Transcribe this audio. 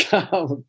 Come